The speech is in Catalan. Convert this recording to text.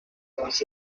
combats